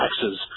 taxes